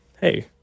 hey